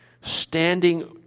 standing